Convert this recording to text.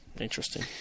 Interesting